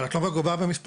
אבל את לא מגובה במספרים,